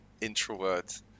introvert